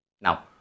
Now